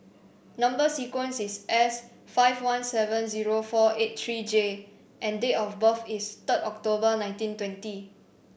number sequence is S five one seven zero four eight three J and date of birth is third October nineteen twenty